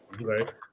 Right